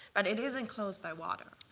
and it is enclosed by water.